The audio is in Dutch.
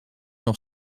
nog